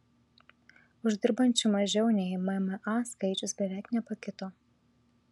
uždirbančių mažiau nei mma skaičius beveik nepakito